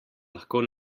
lahko